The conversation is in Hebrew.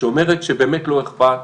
שאומרת שבאמת לא אכפת,